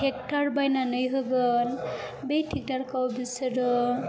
tractor बायनानै होगोन बे ट्रेक्ट'र खौ बिसोरो